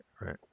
right